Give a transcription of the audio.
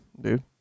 dude